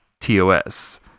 TOS